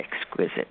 exquisite